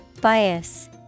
Bias